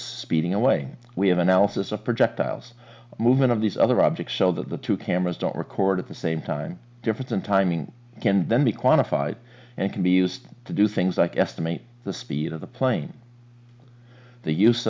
speeding away we have analysis of projectiles movement of these other objects so that the two cameras don't record at the same time different timing can then be quantified and can be used to do things like estimate the speed of the plane the use